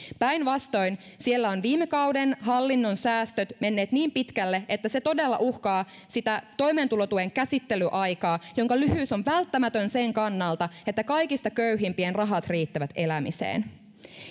päinvastoin siellä ovat viime kauden hallinnon säästöt menneet niin pitkälle että se todella uhkaa sitä toimeentulotuen käsittelyaikaa jonka lyhyys on välttämätön sen kannalta että kaikista köyhimpien rahat riittävät elämiseen